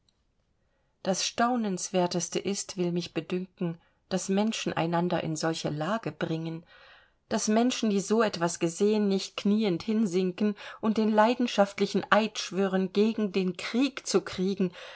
das staunenswerteste ist will mich bedünken daß menschen einander in solche lage bringen daß menschen die so etwas gesehen nicht kniend hinsinken und den leidenschaftlichen eid schwören gegen den krieg zu kriegen